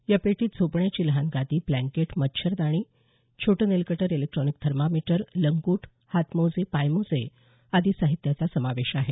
या पेटीत झोपण्याची लहान गादी ब्लँकेट मच्छरदाणी छोटं नेलकटर इलेक्ट्रॉनिक थर्मामीटर लंगोट हातमोजे पायमोजे आदी साहित्याचा समावेश आहे